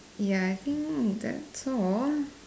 ya I think that's all